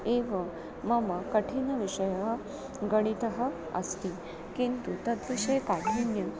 एव मम कठिनविषयः गणितः अस्ति किन्तु तद्विषये काठिन्यं